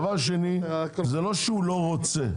דבר שני זה לא שהוא לא רוצה,